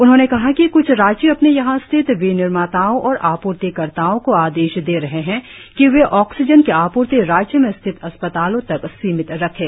उन्होंने कहा कि क्छ राज्य अपने यहां स्थित विनिर्माताओं और आप्रर्तिकर्ताओं को आदेश दे रहे हैं कि वे ऑक्सीजन की आपूर्ति राज्य में स्थित अस्पतालों तक सीमित रखें